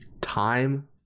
Time